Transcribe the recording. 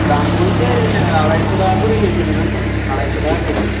দাম বলতে আড়াইশো টাকা করে কেজি দেবেন না আড়াইশো টাকা কেজি